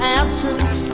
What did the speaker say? absence